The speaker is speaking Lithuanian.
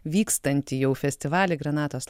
vykstantį jau festivalį granatos